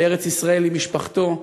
לארץ-ישראל עם משפחתו.